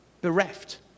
bereft